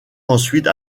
ensuite